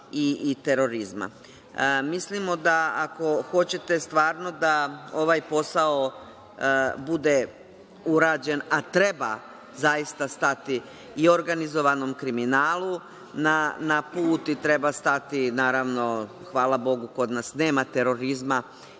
i terorizma. Mislimo da, ako hoćete stvarno da ovaj posao bude urađen, a treba zaista stati i organizovanom kriminalu na put i treba stati naravno, hvala Bogu, kod nas nema terorizma